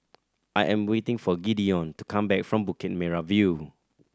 I am waiting for Gideon to come back from Bukit Merah View